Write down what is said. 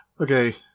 Okay